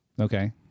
Okay